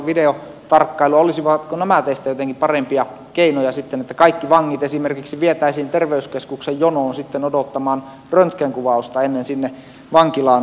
olisivatko nämä teistä sitten jotenkin parempia keinoja että kaikki vangit esimerkiksi vietäisiin terveyskeskuksen jonoon sitten odottamaan röntgenkuvausta ennen sinne vankilaan takaisin pääsyä